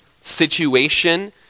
situation